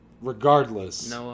regardless